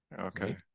Okay